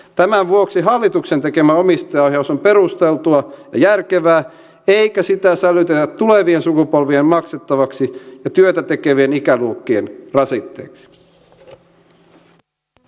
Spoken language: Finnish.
tämän vuoksi hallituksen tekemä omistajaohjaus on perusteltua ja järkevää eikä sitä sälytetä tulevien sukupolvien maksettavaksi ja työtä tekevien ikäluokkien rasitteeksi